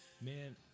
Man